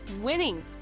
winning